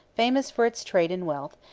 famous for its trade and wealth,